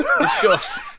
Discuss